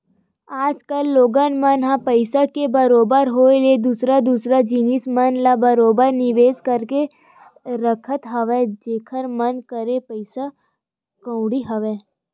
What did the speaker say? आज कल लोगन मन ह पइसा के बरोबर होय ले दूसर दूसर जिनिस मन म बरोबर निवेस करके रखत हवय जेखर मन करा पइसा कउड़ी हवय